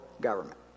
government